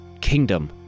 kingdom